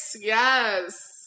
yes